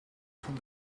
van